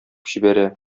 җибәрә